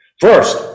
First